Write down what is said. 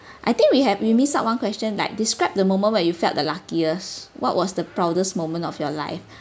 I think we have we miss out one question like describe the moment where you felt the luckiest what was the proudest moment of your life